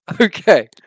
Okay